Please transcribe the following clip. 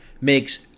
makes